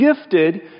gifted